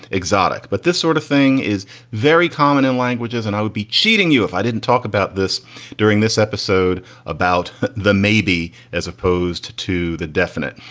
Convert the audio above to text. exotic. but this sort of thing is very common in languages. and i would be cheating you if i didn't talk about this during this episode about the maybe as opposed to the definite.